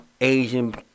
Asian